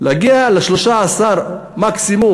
להגיע ל-13 מקסימום